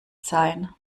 sein